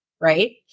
right